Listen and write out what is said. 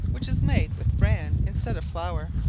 which is made with bran instead of flour,